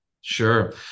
Sure